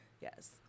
Yes